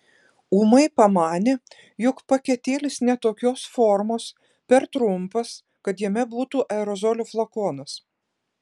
ūmai pamanė jog paketėlis ne tokios formos per trumpas kad jame būtų aerozolio flakonas